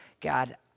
God